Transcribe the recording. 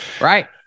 Right